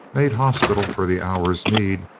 made hospital for the hour's need,